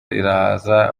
iraza